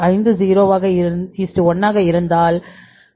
50 1 ஆக இருந்தால் நல்லது